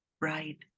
Right